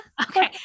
Okay